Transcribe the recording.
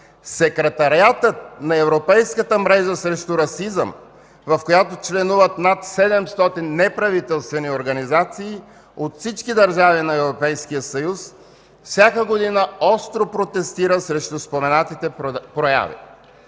Секретариатът на Европейската мрежа срещу расизъм, в която членуват над 700 неправителствени организации от всички държави на Европейския съюз, всяка година остро протестира срещу споменатите прояви.